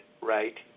right